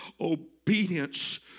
obedience